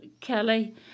Kelly